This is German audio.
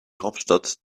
hauptstadt